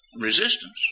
Resistance